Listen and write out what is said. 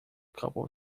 couple